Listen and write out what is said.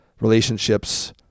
relationships